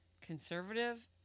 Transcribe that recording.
conservative